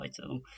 title